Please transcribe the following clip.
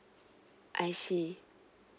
I see